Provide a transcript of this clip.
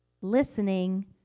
Listening